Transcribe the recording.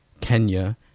Kenya